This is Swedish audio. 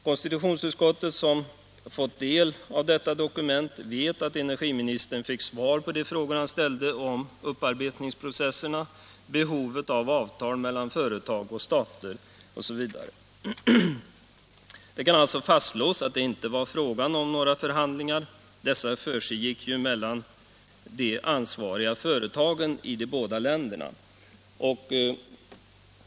Konstitutionsutskottet, som fått del av detta dokument, vet att energiministern fick svar på de frågor han ställde om upparbetningsprocesserna, om behovet av avtal mellan företag och stater osv. Det kan alltså fastslås att det inte var fråga om några förhandlingar. Dessa försiggick ju mellan de ansvariga företagen i de båda länderna.